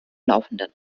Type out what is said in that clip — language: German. laufenden